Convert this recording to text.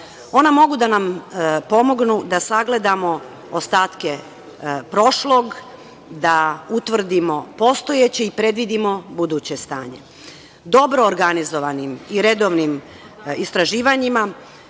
Ona mogu da nam pomognu da sagledamo ostatke prošlog, da utvrdimo postojeće i predvidimo buduće stanje. Dobro organizovanim i redovnim istraživanjima